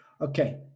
Okay